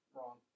Wrong